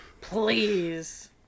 Please